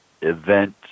event